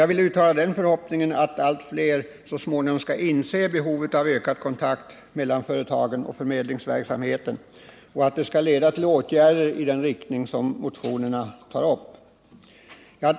Jag vill uttala förhoppningen att allt fler så småningom skall inse behovet av ökad kontakt mellan företagen och förmedlingsverksamheten och att detta skall leda till åtgärder i den riktning motionerna tar upp.